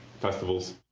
festivals